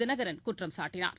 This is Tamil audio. தினகரன் குற்றம் சாட்டினார்